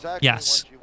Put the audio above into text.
Yes